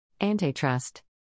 Antitrust